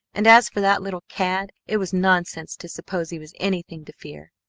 and as for that little cad, it was nonsense to suppose he was anything to fear.